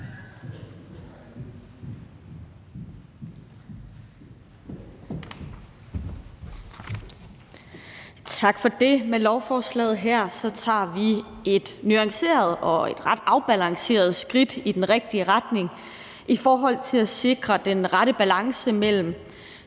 Tak for det. Med lovforslaget her tager vi et nuanceret og ret afbalanceret skridt i den rigtige retning i forhold til at sikre den rette balance mellem